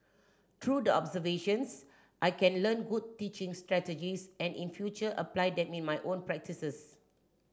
through the observations I can learn good teaching strategies and in future apply them in my own practices